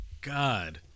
God